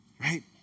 Right